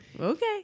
Okay